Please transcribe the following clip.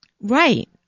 Right